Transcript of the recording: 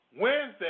Wednesday